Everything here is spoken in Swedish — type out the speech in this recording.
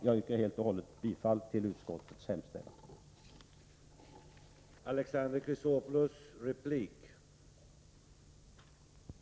Jag yrkar bifall till utskottets hemställan i dess helhet.